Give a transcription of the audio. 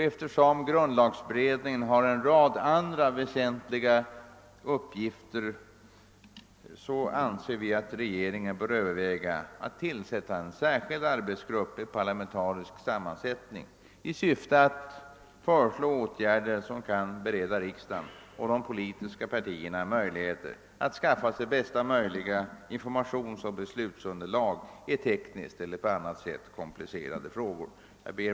Eftersom grundlagberedningen har en rad andra väsentliga frågor att utreda bör enligt vår mening regeringen överväga att tillsätta en särskild arbetsgrupp med parlamentarisk sammansättning i syfte att bereda riksdagen och de politiska partierna tillfälle att skaffa sig bästa möj liga informationsoch beslutsunderlag i tekniskt eller på annat sätt komplicerade ärenden. Herr talman!